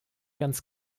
ganz